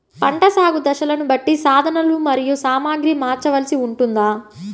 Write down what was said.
పంటల సాగు దశలను బట్టి సాధనలు మరియు సామాగ్రిని మార్చవలసి ఉంటుందా?